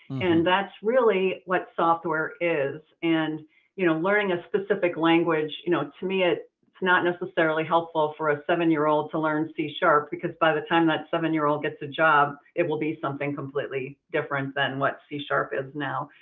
and that's really what software is. and you know learning a specific language, you know to me it's not necessarily helpful for a seven year old to learn c sharp, because by the time that seven year old gets a job, it will be something completely different than what c sharp is now.